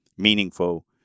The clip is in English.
meaningful